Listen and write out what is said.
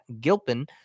Gilpin